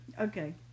Okay